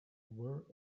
wore